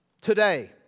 today